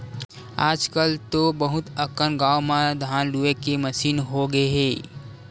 आजकल तो बहुत अकन गाँव म धान लूए के मसीन होगे हे